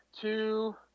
two